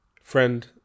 Friend